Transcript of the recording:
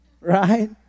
Right